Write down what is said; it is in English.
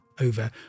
over